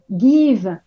give